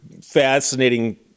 fascinating